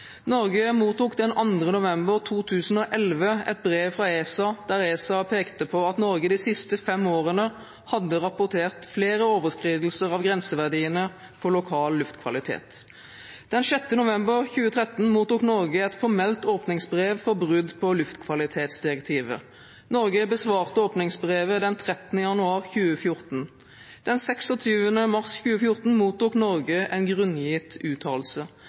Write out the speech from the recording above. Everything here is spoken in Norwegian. Norge mottok den 2. november 2011 et brev fra ESA, der ESA pekte på at Norge de siste fem årene hadde rapportert flere overskridelser av grenseverdiene for lokal luftkvalitet. Den 6. november 2013 mottok Norge et formelt åpningsbrev for brudd på luftkvalitetsdirektivet. Norge besvarte åpningsbrevet den 13. januar 2014. Den 26. mars 2014 mottok Norge en grunngitt uttalelse.